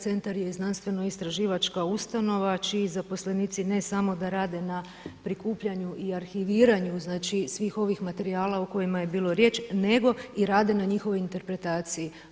Centar je i znanstveno-istraživačka ustanova čiji zaposlenici ne samo da rade na prikupljanju i arhiviranju, znači svih ovih materijala o kojima je bilo riječ, nego rade na njihovoj interpretaciji.